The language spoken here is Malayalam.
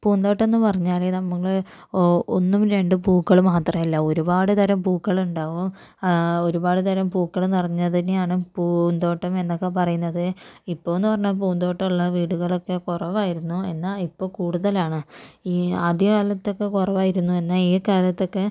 പൂന്തോട്ടമെന്ന് പറഞ്ഞാൽ നമ്മൾ ഓ ഒന്നും രണ്ടും പൂക്കൾ മാത്രല്ല ഒരുപാട് തരം പൂക്കളുണ്ടാകും ഒരുപാട് തരം പൂക്കളെന്ന് പറഞ്ഞാൽ തന്നെയാണ് പൂന്തോട്ടം എന്നൊക്കെ പറയുന്നത് ഇപ്പോഴെന്ന് പറഞ്ഞാൽ പൂന്തോട്ടമുള്ള വീടുകളൊക്കെ കുറവായിരുന്നു എന്നാൽ ഇപ്പം കൂടുതലാണ് ഈ ആദ്യകാലത്തൊക്കെ കുറവായിരുന്നു എന്നാൽ ഈ കാലത്തൊക്കെ